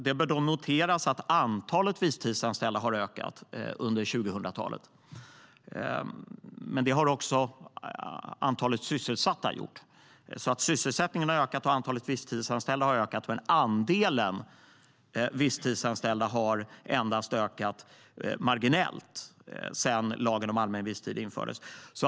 Det bör noteras att antalet visstidsanställda har ökat under 2000-talet, men det har också antalet sysselsatta gjort. Sysselsättningen och antalet visstidsanställda har alltså ökat, men andelen visstidsanställda har endast ökat marginellt sedan lagen om allmän visstid infördes.